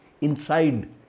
inside